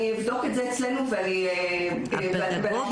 אבדוק את זה אצלנו ואני אחזור לוועדה.